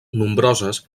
nombroses